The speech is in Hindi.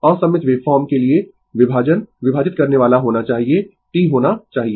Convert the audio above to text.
असममित वेव फॉर्म के लिए विभाजन विभाजित करने वाला होना चाहिए T होना चाहिए